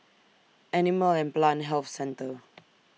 Animal and Plant Health Centre